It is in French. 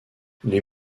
les